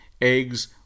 eggs